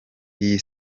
iyi